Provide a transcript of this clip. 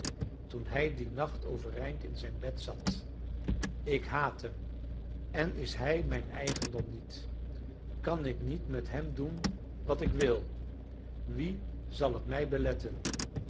toen hij dien nacht overeind in zijn bed zat ik haat hem en is hij mijn eigendom niet kan ik niet met hem doen wat ik wil wie zal het mij beletten